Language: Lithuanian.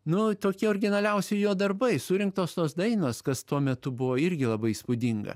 nu tokie originaliausi jo darbai surinktos tos dainos kas tuo metu buvo irgi labai įspūdinga